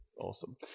Awesome